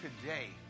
today